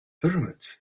pyramids